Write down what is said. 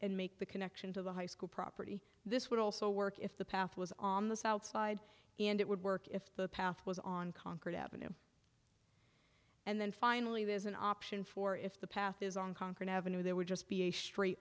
and make the connection to the high school property this would also work if the path was on the south side and it would work if the path was on conquered avenue and then finally there's an option for if the path is on concrete avenue there would just be a straight